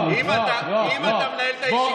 אם אתה מנהל את הישיבה אתה לא מביע דעה.